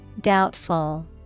Doubtful